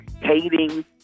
hating